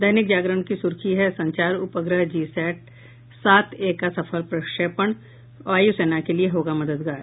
दैनिक जागरण की सुर्खी है संचार उपग्रह जीसैट सातए का सफल प्रक्षेपण वायुसेना के लिए होगा मददगार